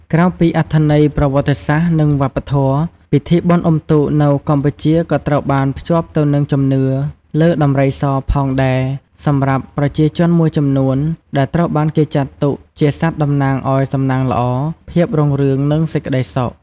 ក្រៅពីអត្ថន័យប្រវត្តិសាស្ត្រ និងវប្បធម៌ ពិធីបុណ្យអុំទូកនៅកម្ពុជាក៏ត្រូវបានភ្ជាប់ទៅនឹងជំនឿលើដំរីសផងដែរសម្រាប់ប្រជាជនមួយចំនួន ដែលត្រូវបានគេចាត់ទុកជាសត្វតំណាងឲ្យសំណាងល្អ ភាពរុងរឿង និងសេចក្តីសុខ។